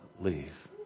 leave